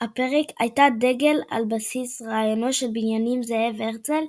הייתה דגל על בסיס רעיונו של בנימין זאב הרצל,